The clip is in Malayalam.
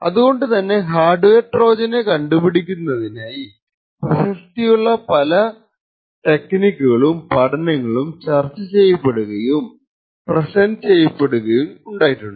അതുകൊണ്ട് തന്നെ ഹാർഡ് വെയർ ട്രോജൻ കണ്ടുപിടിക്കുന്നതിനായി പ്രസക്തിയുള്ള പല ടെക്നീക്കുകളും പഠനങ്ങളും ചർച്ച ചെയ്യപ്പെടുകയും പ്രെസൻറ് ചെയ്യപ്പെടുകയും ഉണ്ടായിട്ടുണ്ട്